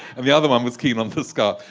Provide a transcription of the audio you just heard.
and the other one was keen on the scarf,